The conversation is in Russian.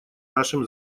нашем